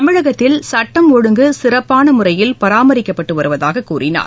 தமிழகத்தில் சட்டம் ஒழுங்கு சிறப்பான முறையில் பராமரிக்கப்பட்டு வருவதாகக் கூறினார்